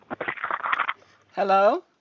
Hello